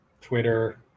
Twitter